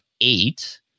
eight